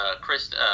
Chris